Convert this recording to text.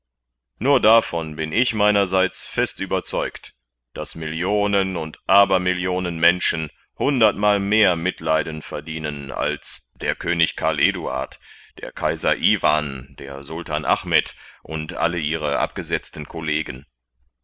nur davon bin ich meinerseits fest überzeugt daß millionen und aber millionen menschen hundertmal mehr mitleiden verdienen als der könig karl eduard der kaiser iwan der sultan achmed und alle ihre abgesetzten collegen